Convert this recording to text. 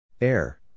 Air